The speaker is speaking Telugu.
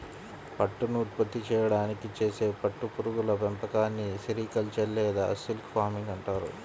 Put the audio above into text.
పట్టును ఉత్పత్తి చేయడానికి చేసే పట్టు పురుగుల పెంపకాన్ని సెరికల్చర్ లేదా సిల్క్ ఫార్మింగ్ అంటారు